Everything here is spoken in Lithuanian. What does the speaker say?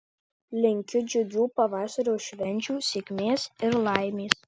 linkiu džiugių pavasario švenčių sėkmės ir laimės